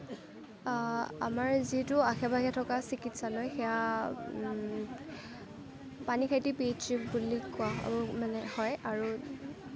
আমাৰ যিহেতু আশে পাশে থকা চিকিৎসালয় সেয়া পানীখাইটি পি এইচ চি বুলি কোৱা হয় মানে হয় আৰু